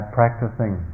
practicing